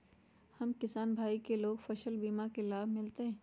हम किसान भाई लोग फसल बीमा के लाभ मिलतई?